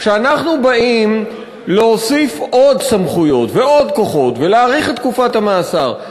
כשאנחנו באים להוסיף עוד סמכויות ועוד כוחות ולהאריך את תקופת המאסר,